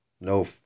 no